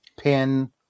pin